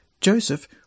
Joseph